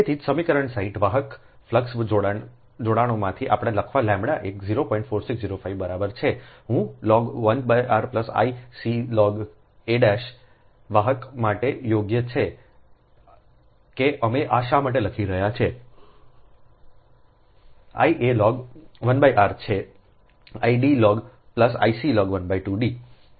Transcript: તેથી સમીકરણ 60 વાહક ફ્લક્સ જોડાણો માંથી આપણે લખવાʎએક 04605 બરાબર છે હું log 1 r I ખ log આ વાહક માટે યોગ્ય છે કે અમે શા માટે લખી રહ્યા છે I a લૉગ 1 r છે 1 D I C log 12 D